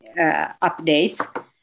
update